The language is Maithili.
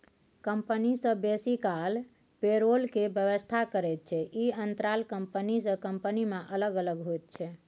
कंपनी सब बेसी काल पेरोल के व्यवस्था करैत छै, ई अंतराल कंपनी से कंपनी में अलग अलग होइत छै